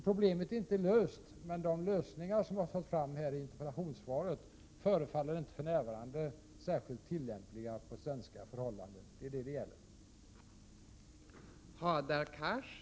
Problemet är inte löst, men de lösningar som förts fram i interpellationen förefaller för närvarande inte särskilt tillämpliga på svenska förhållanden — det är det det gäller.